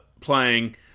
playing